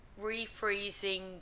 refreezing